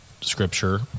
scripture